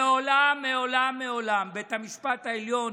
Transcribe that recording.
מעולם מעולם מעולם בית המשפט העליון